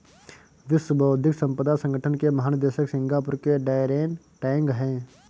विश्व बौद्धिक संपदा संगठन के महानिदेशक सिंगापुर के डैरेन टैंग हैं